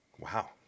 Wow